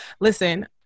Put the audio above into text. Listen